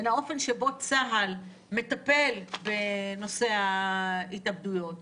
בין האופן שבו צה"ל מטפל בנושא ההתאבדויות,